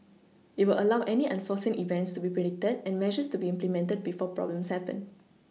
it will allow any unforeseen events to be predicted and measures to be implemented before problems happen